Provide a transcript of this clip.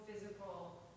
physical